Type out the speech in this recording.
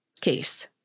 case